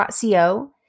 .co